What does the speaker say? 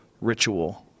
ritual